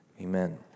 Amen